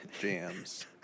jams